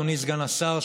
אדוני סגן השר,